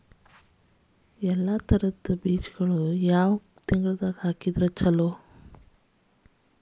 ಎಲ್ಲಾ ತರದ ಬೇಜಗೊಳು ಯಾವ ಮಾಸದಾಗ್ ಹಾಕಿದ್ರ ಛಲೋ?